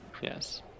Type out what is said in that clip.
Yes